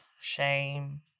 shame